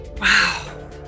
Wow